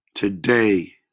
Today